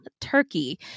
Turkey